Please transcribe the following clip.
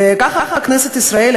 וככה כנסת ישראל,